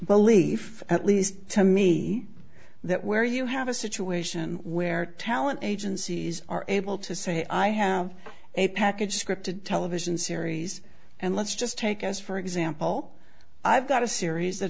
belief at least to me that where you have a situation where talent agencies are able to say i have a package scripted television series and let's just take as for example i've got a series that